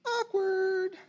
Awkward